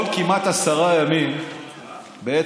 כל כמעט עשרה ימים בעצם.